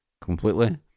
completely